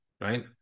right